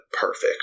perfect